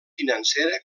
financera